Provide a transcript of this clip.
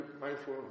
mindful